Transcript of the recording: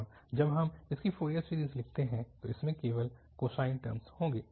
और जब हम इसकी फ़ोरियर सीरीज़ लिखते हैं तो इसमें केवल कोसाइन टर्मस होंगे